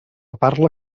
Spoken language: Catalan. parla